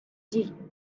дій